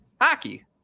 hockey